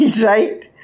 Right